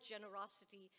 generosity